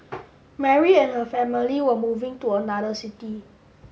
Mary and her family were moving to another city